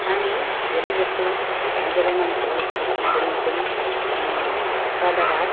हामी धेरैजसो जब मानिसहरूलाई खाना खान बोलाउँछौँ सादा भात